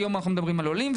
היום אנחנו מדברים על עולים,